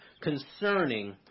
concerning